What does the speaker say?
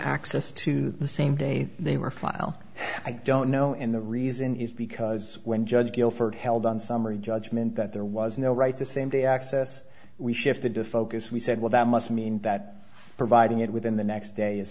access to the same day they were file i don't know and the reason is because when judge guilford held on summary judgment that there was no right to same day access we shifted to focus we said well that must mean that providing it within the next day is